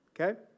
Okay